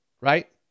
right